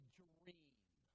dream